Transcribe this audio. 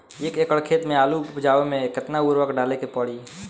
एक एकड़ खेत मे आलू उपजावे मे केतना उर्वरक डाले के पड़ी?